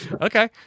Okay